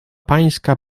pańska